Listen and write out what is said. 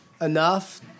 enough